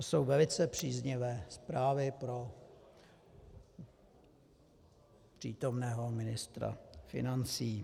To jsou velice příznivé zprávy pro přítomného ministra financí.